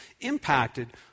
impacted